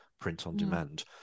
print-on-demand